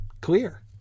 clear